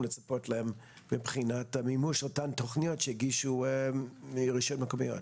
לצפות להם מבחינת מימוש אותן תוכניות שהגישו הרשויות המקומיות.